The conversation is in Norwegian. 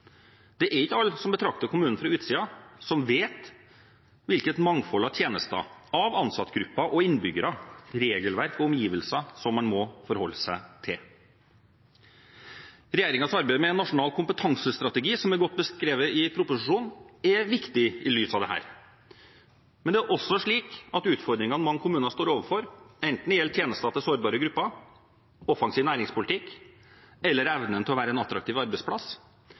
Det er ikke alle som betrakter kommunen fra utsiden som vet hvilket mangfold av tjenester, ansattgrupper, innbyggere, regelverk og omgivelser man må forholde seg til. Regjeringens arbeid med en nasjonal kompetansestrategi, som er godt beskrevet i proposisjonen, er viktig i lys av dette. Men det er også slik at utfordringene mange kommuner står overfor – enten det gjelder tjenester til sårbare grupper, offensiv næringspolitikk eller evnen til å være en attraktiv arbeidsplass